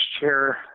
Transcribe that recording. Chair